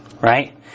Right